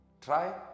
try